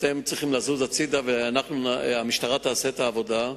אתם צריכים לזוז הצדה והמשטרה תעשה את העבודה.